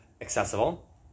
accessible